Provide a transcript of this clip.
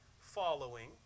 following